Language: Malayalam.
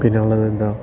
പിന്നെയുള്ളത് എന്താ